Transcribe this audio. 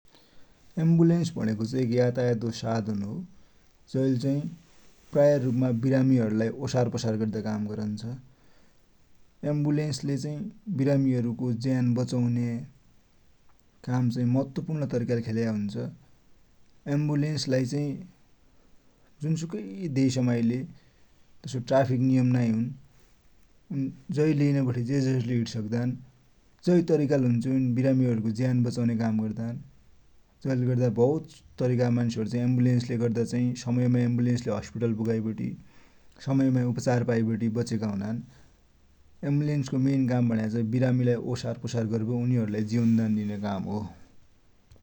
एम्वुलेन्स भुणेको चाही एक यातायातको साधन हो । जैले चाही प्राय रुपमा विरामिहरुलाई ओसार पसार गद्या काम गरुन्छ । एम्वुलेन्सले चाही विरामीको ज्यान बचुन्या काम चाही महत्वपूर्ण परिकाले खेल्या हुन्छ । एम्वुलेन्सलाई चाही जुनसुकै देशमाइलै ट्राफिक नियम नाइ हुनो । जै लेनबढे, जे जसेरीलै हिटिसक्दान्, जै तरिकाले हुन्छ यि विरामीको ज्यान बचुन्या काम गद्दान् । जैले गद्दा भौत तरिकाका मान्सुहरु चाही एम्वुलेन्सले चाही समयमा एम्वुलेन्सले हस्पिटल पुगाइवटी समयमा उपचार पाइवटी वच्याका हुनान् । एम्वुलेन्सको मेन काम भुण्या विरामीन्लाई ओसारपसार गरिवटि उनलाई जीवनदान दिन्या हो ।